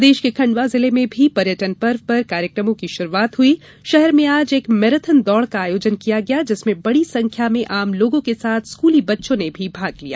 प्रदेश के खंडवा जिले में भी पर्यटन पर्व पर कार्यकमों की शुरूआत हुई शहर में आज एक मैराथन दौड का आयोजन किया गया जिसमें बड़ी संख्या में आम लोगों के साथ स्कूली बच्चों ने भी भाग लिया